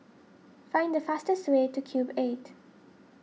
find the fastest way to Cube eight